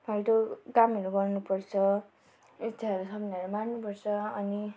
फाल्टो कामहरू गर्नुपर्छ इच्छाहरू सपनाहरू मार्नुपर्छ अनि